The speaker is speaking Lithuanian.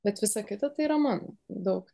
bet visa kita tai yra mano daug